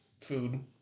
food